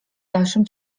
dalszym